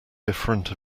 different